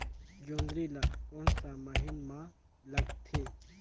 जोंदरी ला कोन सा महीन मां लगथे?